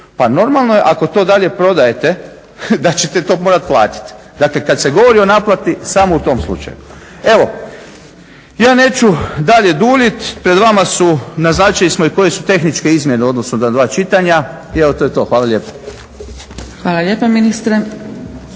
Pa normalno je ako to dalje prodajete da ćete to morati platiti. Dakle, kad se govori o naplati samo u tom slučaju. Evo, ja neću dalje duljiti. Pred vama su, naznačili smo i koje su tehničke izmjene u odnosu na dva čitanja i evo to je to. Hvala lijepa. **Zgrebec, Dragica